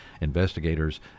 Investigators